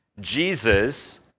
Jesus